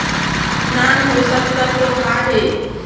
नान पोषकतत्व का हे?